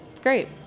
Great